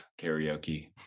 karaoke